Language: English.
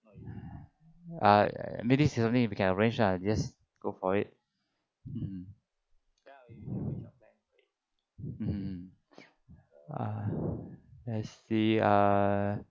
I mean this we can arrange ah we just go for it mm mm uh I see uh